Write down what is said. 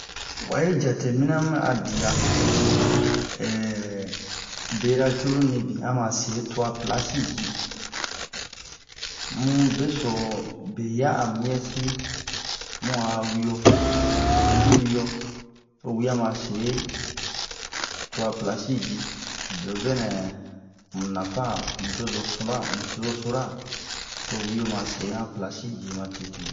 wa yi jateminɛ'a mu a dia bera cruru mibin ama se tua plasi ji mu beso be ya a muyɛ si mu a wio oyi ju wio to wia ma se tua plasi ji beobenɛ mu nafa a nucozo sura sura to wio ma se han plasi ji ma tete